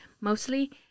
Mostly